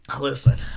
Listen